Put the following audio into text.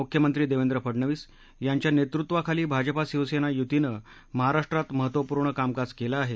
मुख्यमंत्री देवेंद्र फडनवीस यांच्या नेतृत्वाखाली भाजपा शिवसेना युतीनं महाराष्ट्रात महत्त्वपूर्ण कामकाज केलं आहे